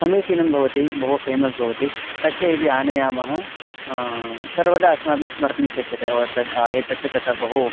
समीचीनं भवति बहु फ़ेमस् भवति तच्च यदि आनयामः सर्वदा अस्माभिः स्मर्तुं शक्यते ओ एतच्च तत्र बहु